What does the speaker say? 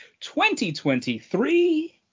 2023